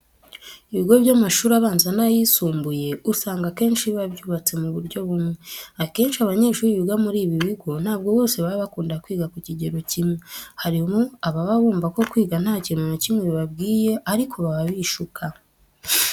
Ibigo by'amashuri abanza n'ayisumbuye usanga akenshi biba byubatse mu buryo bumwe. Akenshi abanyeshuri biga muri ibi bigo ntabwo bose baba bakunda kwiga ku kigero kimwe. Harimo ababa bumva ko kwiga nta kintu na kimwe bibabwiye ariko baba bishuka.